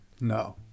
No